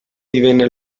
divenne